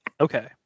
Okay